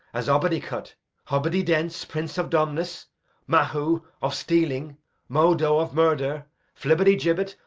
as obidicut hobbididence, prince of dumbness mahu, of stealing modo, of murder flibbertigibbet,